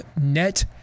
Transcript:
net